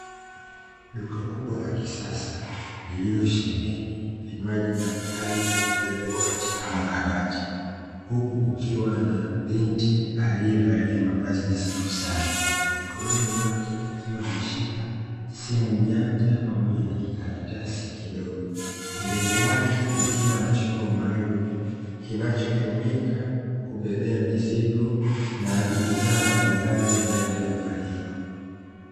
Duka kubwa la kisasa, lililosheheni vinywaji mbalimbali vilivyowekwa katika makabati; huku kukiwa na binti aliyevalia mavazi nadhifu sana, mikononi mwake akiwa ameshika simu janja pamoja na kikaratasi kidogo. Mbele yake kukiwa na chombo maalumu kinachotumika kubebea mizigo na bidhaa mbalimbali ndani ya duka hilo.